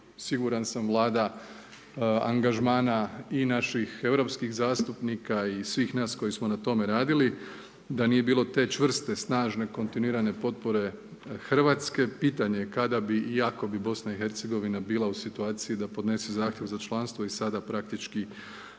siguran sam Vlada angažmana i naših europskih zastupnika i svih nas koji smo na tome radili. Da nije bilo te čvrste, snažne, kontinuirane potpore Hrvatske pitanje je kada bi i ako bi BiH-a bila u situaciji da podnese zahtjev za članstvo. I sada praktički